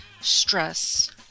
stress